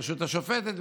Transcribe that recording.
הרשות השופטת,